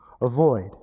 avoid